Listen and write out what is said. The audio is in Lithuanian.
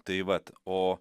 tai vat o